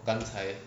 刚才